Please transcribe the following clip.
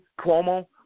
Cuomo